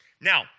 Now